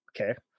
okay